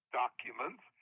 documents